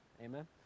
Amen